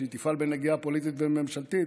שהיא תפעל בנגיעה פוליטית ומפלגתית?